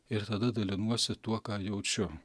ir tada dalinuosi tuo ką jaučiu